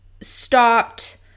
stopped